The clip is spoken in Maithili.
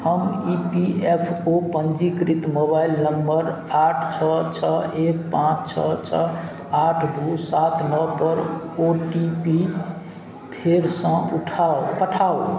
हम ई एफ ओ पञ्जीकृत मोबाइल नम्बर आठ छओ छओ एक पाँच छओ छओ आठ दू सात नओपर ओ टी पी फेरसँ उठाउ पठाउ